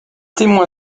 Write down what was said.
témoins